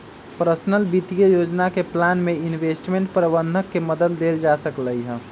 personal वित्तीय योजना के प्लान में इंवेस्टमेंट परबंधक के मदद लेल जा सकलई ह